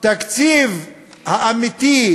התקציב האמיתי,